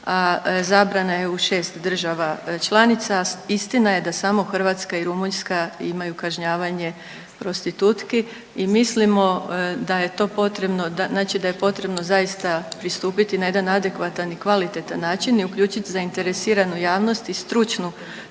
a zabrana je u 6 država članica. Istina je da samo Hrvatska i Rumunjska imaju kažnjavanje prostitutki i mislimo da je to potrebno, znači da je potrebno zaista pristupiti na jedan adekvatan i kvalitetan način i uključiti zainteresiranu javnost i stručnu,